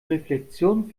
reflexion